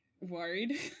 worried